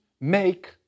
make